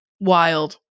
Wild